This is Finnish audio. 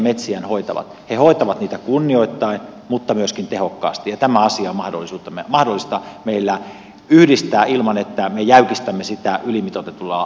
he hoitavat niitä kunnioittaen mutta myöskin tehokkaasti ja nämä asiat on mahdollista meillä yhdistää ilman että järkeistämis ja ylimitoitettua